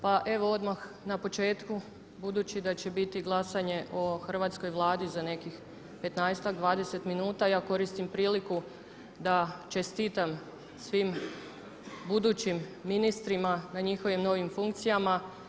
Pa evo odmah na početku budući da će biti glasanje o hrvatskoj Vladi za nekih petnaestak, dvadeset minuta ja koristim priliku da čestitam svim budućim ministrima na njihovim novim funkcijama.